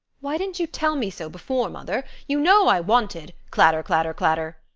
why didn't you tell me so before, mother? you know i wanted clatter, clatter, clatter!